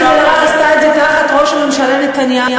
חברת הכנסת אלהרר עשתה את זה תחת ראש הממשלה נתניהו